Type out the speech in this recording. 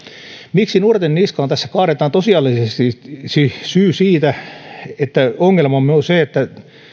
miksi nuorten niskaan tässä kaadetaan tosiasiallisesti syy siitä että ongelmamme on se että